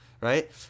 right